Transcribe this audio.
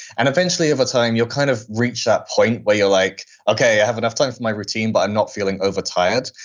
and eventually, over time, you'll kind of reach that point where you're like, okay, i have enough time for my routine, but i'm not feeling overtired.